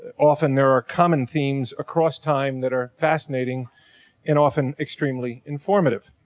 ah often there are common themes across time that are fascinating and often extremely informative.